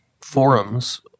forums